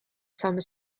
some